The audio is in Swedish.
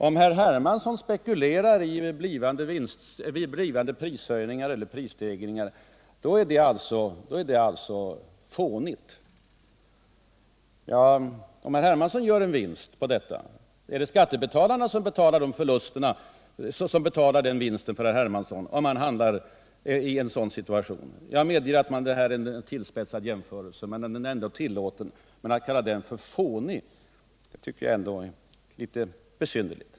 Och "om herr Hermansson hamnar i en sådan situation och gör en vinst på detta, är det då skattebetalarna som betalar den vinsten? Jag menar att det är en tillspetsad jämförelse men att den är fullt tillåten. Att kalla den för fånig tycker jag däremot är besynnerligt.